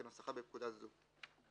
כנוסחה בפקודה זו,